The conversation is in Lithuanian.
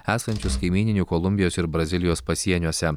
esančius kaimyninių kolumbijos ir brazilijos pasieniuose